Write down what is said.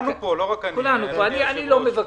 כולנו פה, לא רק אני, אדוני היושב-ראש.